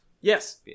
Yes